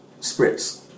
Spritz